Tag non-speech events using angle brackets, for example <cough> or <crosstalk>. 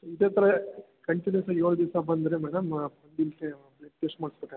ಇದೆ ಥರ ಕಂಟಿನ್ಯೂಯಸ್ಸಾಗಿ ಏಳು ದಿವಸ ಬಂದರೆ ಮೇಡಮ್ <unintelligible> ಬ್ಲಡ್ ಟೆಸ್ಟ್ ಮಾಡಿಸ್ಬೇಕಾಗುತ್ತೆ ಮೇಡಮ್